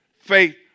faith